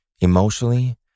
emotionally